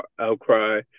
outcry